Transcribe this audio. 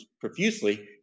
profusely